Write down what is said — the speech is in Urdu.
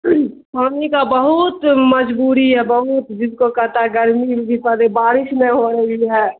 پانی کا بہت مجبوری ہے بہت جس کو کہتا ہے گرمی بارش نہیں ہو رہی ہے